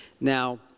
Now